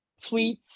tweets